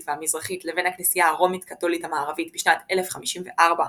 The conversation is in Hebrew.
המזרחית לבין הכנסייה הרומית-קתולית המערבית בשנת 1054,